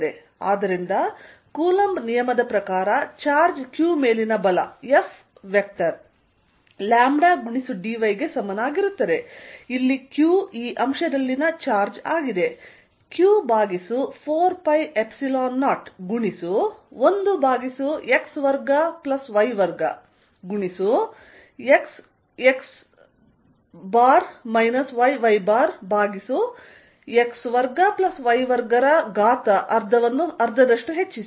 ಆದ್ದರಿಂದ ಕೂಲಂಬ್ ನಿಯಮದ ಪ್ರಕಾರ ಚಾರ್ಜ್ q ಮೇಲಿನ ಬಲ F ವೆಕ್ಟರ್ λdy ಗೆ ಸಮನಾಗಿರುತ್ತದೆ ಇಲ್ಲಿ q ಈ ಅಂಶದಲ್ಲಿನ ಚಾರ್ಜ್ ಆಗಿದೆ q4π0 ಗುಣಿಸು 1 ಭಾಗಿಸು x2y2 ಗುಣಿಸು ಭಾಗಿಸು x2y2ರ ಘಾತ ಅರ್ಧದಷ್ಟು ಹೆಚ್ಚಿಸಿ